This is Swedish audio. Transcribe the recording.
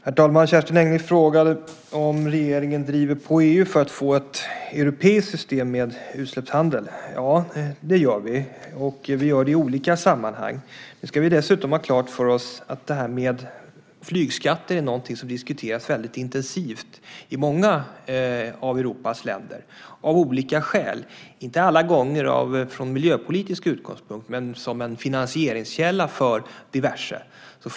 Herr talman! Kerstin Engle frågade om regeringen driver på i EU för att få ett europeiskt system med utsläppshandel. Ja, det gör vi, och vi gör det i olika sammanhang. Vi ska dessutom ha klart för oss att flygskatten är någonting som diskuteras väldigt intensivt i många av Europas länder av olika skäl, inte alla gånger från miljöpolitisk utgångspunkt men som en finansieringskälla för diverse saker.